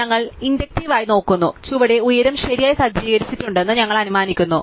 അതിനാൽ ഞങ്ങൾ ഇൻഡക്റ്റീവ് ആയി നോക്കുന്നു ചുവടെ ഉയരം ശരിയായി സജ്ജീകരിച്ചിട്ടുണ്ടെന്ന് ഞങ്ങൾ അനുമാനിക്കുന്നു